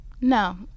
No